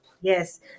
yes